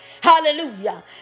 Hallelujah